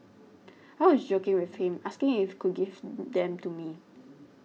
I was joking with him asking if could give them to me